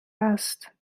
است